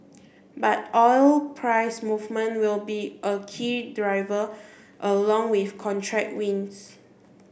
but oil price movement will be a key driver along with contract wins